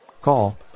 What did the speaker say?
Call